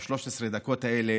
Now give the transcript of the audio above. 13 הדקות האלה